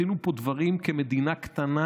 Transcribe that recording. כמדינה קטנה,